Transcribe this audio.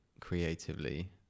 creatively